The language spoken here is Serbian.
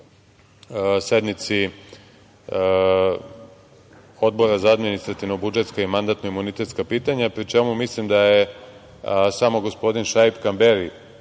sednici Odbora za administrativno-budžetska i mandatno-imunitetska pitanja, pri čemu mislim da je samo gospodin Šaip Kamberi